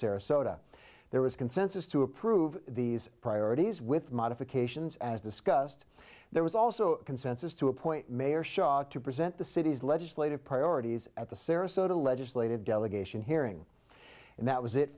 sarasota there was consensus to approve these priorities with modifications as discussed there was also consensus to appoint mayor shot to present the city's legislative priorities at the sarasota legislative delegation hearing and that was it